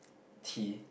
tea